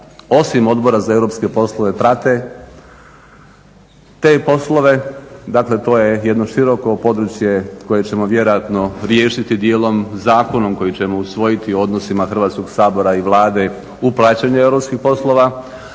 osim Odbora za europske poslove prate te poslove. Dakle, to je jedno široko područje koje ćemo vjerojatno riješiti dijelom zakonom koji ćemo usvojiti u odnosima Hrvatskog sabora i Vlade u praćenju europskih poslova.